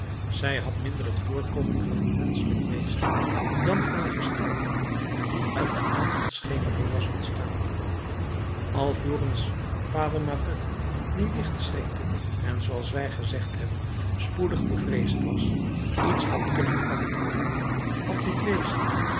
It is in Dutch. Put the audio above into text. zij had minder het voorkomen van een menschelijk wezen dan van een gestalte die uit de avondschemering was ontstaan alvorens vader mabeuf die licht schrikte en zooals wij gezegd hebben spoedig bevreesd was iets had kunnen antwoorden had dit wezen